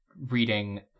reading